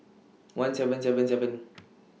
one seven seven seven